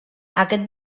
aquest